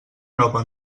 nova